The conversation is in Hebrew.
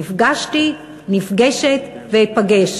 נפגשתי, נפגשת ואפגש.